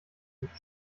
nicht